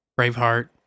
Braveheart